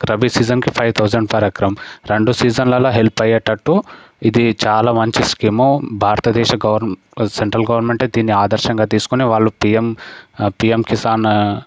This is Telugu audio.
రబి సీజన్కి ఫైవ్ థౌసండ్ పర్ ఎకరం రెండు సీజన్లల హెల్ప్ అయ్యేటట్టు ఇది చాలా మంచి స్కీము భారతదేశ గవర్న సెంట్రల్ గవర్నమెంట్ దీని ఆదర్శంగా తీసుకొని వాళ్లు పీఎం పిఎం కిసాన్